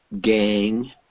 gang